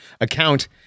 account